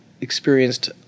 experienced